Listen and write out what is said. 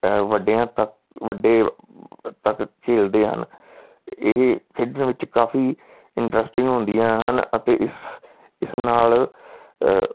ਵੱਡਿਆਂ ਤੱਕ ਵੱਡੇ ਤੱਕ ਖੇਡਦੇ ਹਨ ਇਹ ਖੇਡਣ ਵਿੱਚ ਕਾਫੀ ਇੰਟਰਸਟਿੰਗ ਹੁੰਦੀਆਂ ਹਨ ਅਤੇ ਇਸ ਇਸ ਨਾਲ